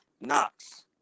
Knox